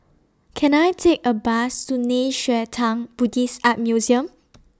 Can I Take A Bus to Nei Xue Tang Buddhist Art Museum